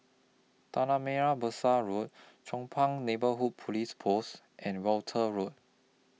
Tanah Merah Besar Road Chong Pang Neighbourhood Police Post and Walton Road